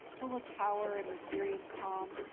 full of power and mysterious calm,